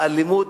האלימות,